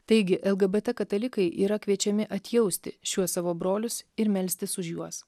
taigi lgbt katalikai yra kviečiami atjausti šiuos savo brolius ir melstis už juos